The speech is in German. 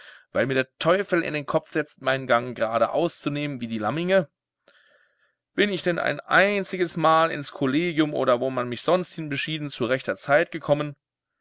weil mir der teufel in den kopf setzt meinen gang geradeaus zu nehmen wie die laminge bin ich denn ein einziges mal ins kollegium oder wo man mich sonst hinbeschieden zu rechter zeit gekommen